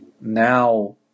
now